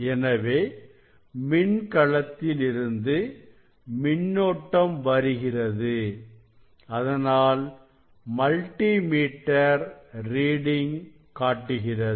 எனவே மின்கலத்தில் இருந்து மின்னோட்டம் வருகிறது அதனால் மல்டி மீட்டர் ரீடிங் காட்டுகிறது